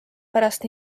pärast